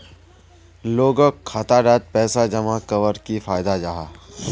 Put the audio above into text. लोगोक खाता डात पैसा जमा कवर की फायदा जाहा?